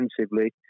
defensively